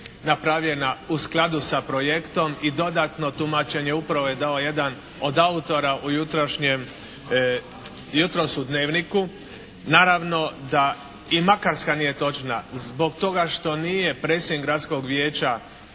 napravljena u skladu sa projektom i dodatno tumačenje upravo je dao jedan od autora u jutros u Dnevniku. Naravno da i Makarska nije točna zbog toga što nije predsjednik gradskog vijeća